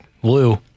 Blue